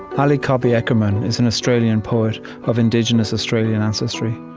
ali cobby eckermann is an australian poet of indigenous australian ancestry.